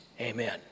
amen